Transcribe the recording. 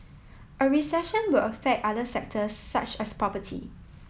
a recession will affect other sectors such as property